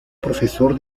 profesor